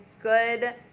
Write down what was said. good